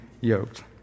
yoked